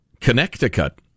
Connecticut